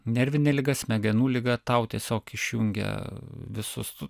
nervinė liga smegenų liga tau tiesiog išjungia visus